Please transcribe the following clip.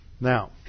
Now